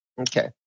Okay